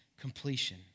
completion